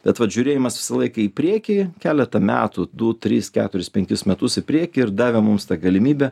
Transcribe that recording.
bet vat žiūrėjimas visą laiką į priekį keletą metų du tris keturis penkis metus į priekį ir davė mums tą galimybę